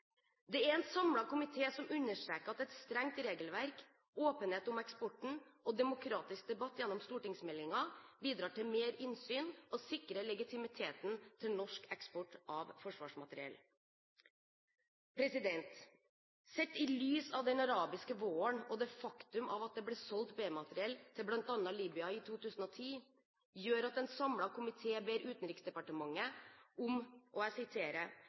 Det er en samlet komité som understreker at et strengt regelverk, åpenhet om eksporten og demokratisk debatt gjennom stortingsmeldingen bidrar til mer innsyn og sikrer legitimiteten til norsk eksport av forsvarsmateriell. Sett i lys av den arabiske våren og det faktum at det ble solgt B-materiell til bl.a. Libya i 2010, ber en samlet komité Utenriksdepartementet om